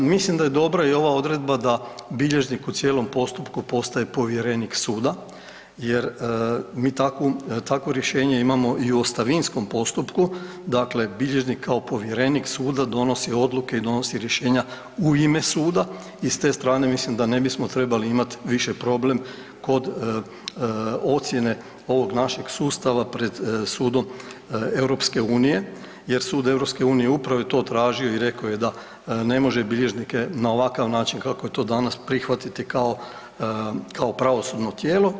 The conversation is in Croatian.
Mislim da je dobra i ova odredba da bilježnik u cijelom postupku postaje povjerenik suda jer mi takvo rješenje imamo i u ostavinskom postupku, dakle bilježnik kao povjerenik suda donosi odluke i donosi rješenja u ime suda i s te strane mislim da ne bismo trebali imati više problem kod ocjene ovog našeg sustava pred sudom EU jer Sud EU upravo je i to tražio i rekao je da ne može bilježnike na ovakav način kako je to danas prihvatiti kao, kao pravosudno tijelo.